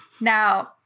Now